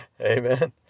Amen